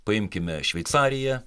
paimkime šveicariją